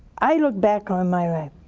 i look back on my life,